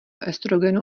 estrogenu